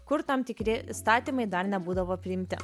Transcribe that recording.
kur tam tikri įstatymai dar nebūdavo priimti